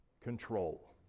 control